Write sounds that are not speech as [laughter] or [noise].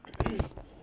[coughs]